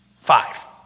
five